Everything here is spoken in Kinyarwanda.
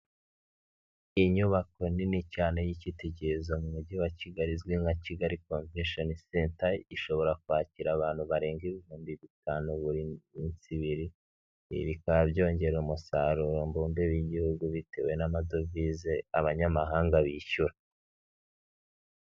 Inyubako nini cyane y'icyitegererezo mu mujyi wa kigali izwi nka kigali comvensheni senta ishobora kwakira abantu barenga ibihumbi bitanu buri minsi ibiri bikaba byongera umusaruro mbumbe by'igihugu bitewe n'amadovize abanyamahanga bishyura.